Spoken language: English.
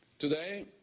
Today